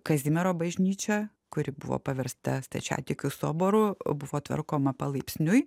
kazimiero bažnyčia kuri buvo paversta stačiatikių soboru buvo tvarkoma palaipsniui